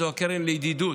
זו הקרן לידידות,